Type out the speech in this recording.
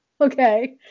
Okay